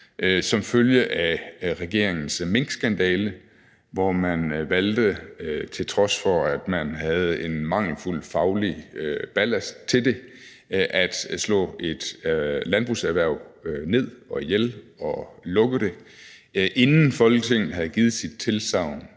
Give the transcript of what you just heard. som følge af regeringens minkskandale, hvor man, til trods for at man havde en mangelfuld faglig ballast til det, valgte at slå et landbrugserhverv ned og ihjel og lukke det, inden Folketinget havde givet sit tilsagn